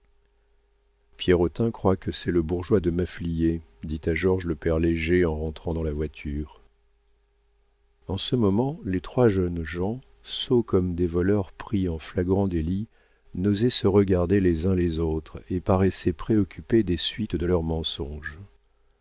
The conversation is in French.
pierrotin croit que c'est le bourgeois de maffliers dit à georges le père léger en rentrant dans la voiture en ce moment les trois jeunes gens sots comme des voleurs pris en flagrant délit n'osaient se regarder les uns les autres et paraissaient préoccupés des suites de leurs mensonges